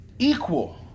Equal